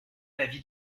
l’avis